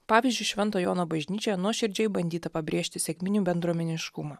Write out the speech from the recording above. pavyzdžiui švento jono bažnyčioje nuoširdžiai bandyta pabrėžti sekminių bendruomeniškumą